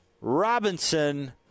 Robinson